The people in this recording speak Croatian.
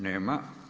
Nema.